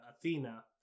Athena